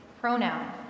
pronoun